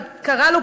קראה לו